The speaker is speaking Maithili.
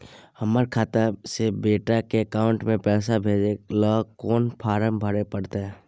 हमर खाता से बेटा के अकाउंट में पैसा भेजै ल कोन फारम भरै परतै?